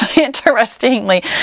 Interestingly